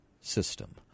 system